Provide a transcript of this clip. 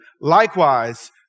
Likewise